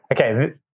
okay